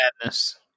madness